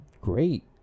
great